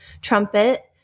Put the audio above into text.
trumpet